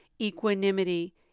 equanimity